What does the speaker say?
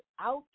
out